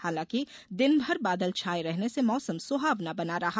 हांलांकि दिन भर बादल छाए रहने से मौसम सुहावना बना रहा